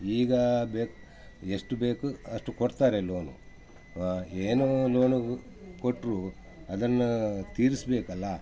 ಈಗ ಬೇಕ್ ಎಷ್ಟು ಬೇಕು ಅಷ್ಟು ಕೊಡ್ತಾರೆ ಲೋನು ಏನು ಲೋನುಗೆ ಕೊಟ್ಟರೂ ಅದನ್ನು ತೀರಿಸ್ಬೇಕಲ್ಲ